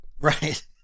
right